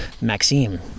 Maxime